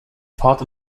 fahrt